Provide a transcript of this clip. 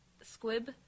squib